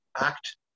act